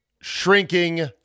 shrinking